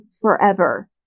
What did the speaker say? forever